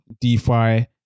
DeFi